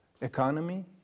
economy